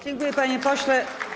Dziękuję, panie pośle.